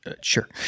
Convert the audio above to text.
Sure